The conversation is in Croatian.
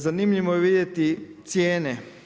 Zanimljivo je vidjeti cijene.